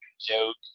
joke